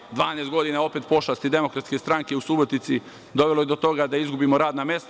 Naime, 12 godina pošasti Demokratske stranke u Subotici dovelo je do toga da izgubimo radna mesta.